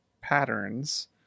patterns